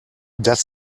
das